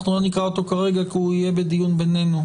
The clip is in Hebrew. אנחנו לא נקרא אותו כרגע כי הוא יהיה בדיון בינינו.